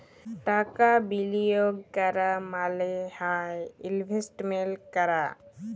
টাকা বিলিয়গ ক্যরা মালে হ্যয় ইলভেস্টমেল্ট ক্যরা